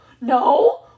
No